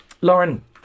Lauren